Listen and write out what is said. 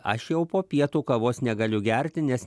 aš jau po pietų kavos negaliu gerti nes